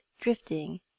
drifting